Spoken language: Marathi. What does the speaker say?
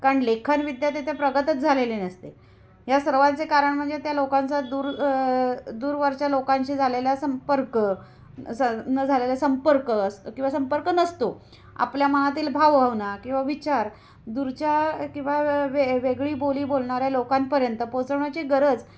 कारण लेखन विद्या तिथे प्रगतच झालेले नसते या सर्वांचे कारण म्हणजे त्या लोकांचा दूर दूरवरच्या लोकांशी झालेला संपर्क स न झालेला संपर्क असं किंवा संपर्क नसतो आपल्या मनातील भावभावना किंवा विचार दूरच्या किंवा व वे वेगळी बोली बोलणाऱ्या लोकांपर्यंत पोचवण्याची गरज